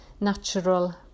natural